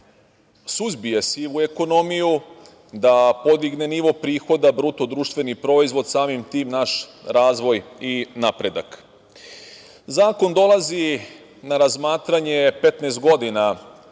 suzbije sivu ekonomiju, da podigne nivo prihoda BDP, samim tim naš razvoj i napredak. Zakon dolazi na razmatranje 15 godina